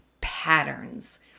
patterns